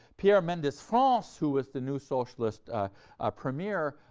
pierre mendes-france, who was the new socialist ah premier,